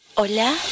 ¿Hola